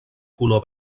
color